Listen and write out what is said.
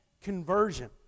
conversion